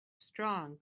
strong